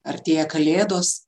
artėja kalėdos